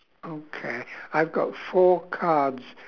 okay I've got four cards